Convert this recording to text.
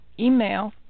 Email